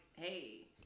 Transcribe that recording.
hey